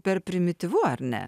per primityvu ar ne